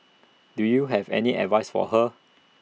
do you have any advice for her